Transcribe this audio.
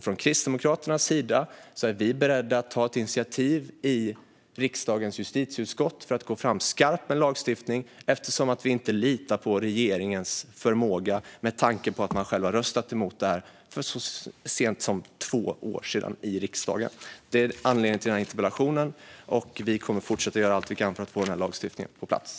Från Kristdemokraternas sida är vi beredda att ta ett initiativ i riksdagens justitieutskott för att gå fram skarpt med en lagstiftning. Vi litar inte på regeringens förmåga med tanke på att man själv har röstat emot detta så sent som för två år sedan i riksdagen. Det är anledningen till interpellationen, och vi kommer att fortsätta att göra allt vi kan för att få lagstiftningen på plats.